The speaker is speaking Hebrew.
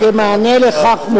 כמענה לכך,